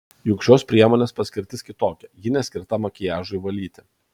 juk šios priemonės paskirtis kitokia ji neskirta makiažui valyti